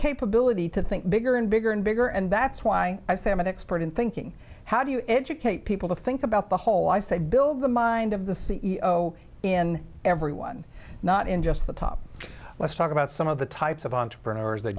capability to think bigger and bigger and bigger and that's why i say i'm an expert in thinking how do you educate people to think about the whole i say build the mind of the c e o in everyone not in just the top let's talk about some of the types of entrepreneurs they